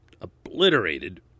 obliterated